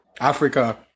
africa